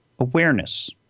awareness